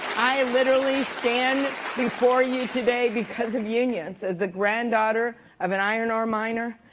literally stand before you today because of unions. as the granddaughter of an iron ore miner,